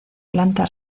planta